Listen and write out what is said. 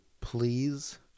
please